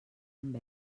amb